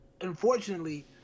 unfortunately